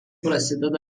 prasideda